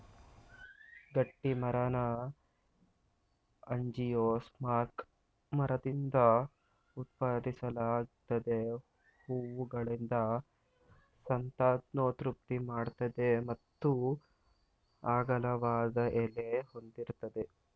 ಗಟ್ಟಿಮರನ angiosperm ಮರದಿಂದ ಉತ್ಪಾದಿಸಲಾಗ್ತದೆ ಹೂವುಗಳಿಂದ ಸಂತಾನೋತ್ಪತ್ತಿ ಮಾಡ್ತದೆ ಮತ್ತು ಅಗಲವಾದ ಎಲೆ ಹೊಂದಿರ್ತದೆ